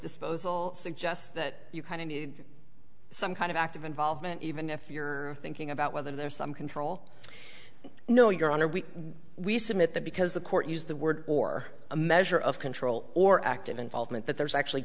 disposal suggests that you kind of need some kind of active involvement even if you're thinking about whether there's some control no your honor we we submit that because the court used the word or a measure of control or active involvement that there's actually